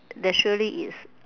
there surely is